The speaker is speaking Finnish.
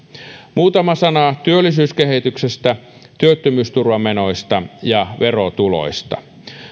muutama sana työllisyyskehityksestä työttömyysturvamenoista ja verotuloista